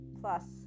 Plus